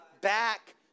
back